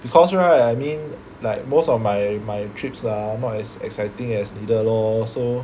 because right I mean like most of my my trips ah not as exciting as 你的 lor so